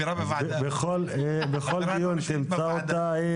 בכל דיון תמצא אותה,